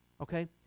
okay